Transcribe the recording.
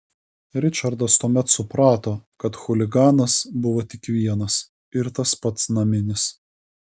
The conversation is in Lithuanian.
ričardas tuomet suprato kad chuliganas buvo tik vienas ir tas pats naminis